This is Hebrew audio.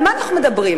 על מה אנחנו מדברים?